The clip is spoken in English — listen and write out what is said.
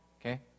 okay